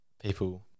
People